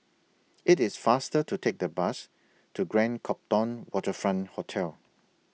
IT IS faster to Take The Bus to Grand Copthorne Waterfront Hotel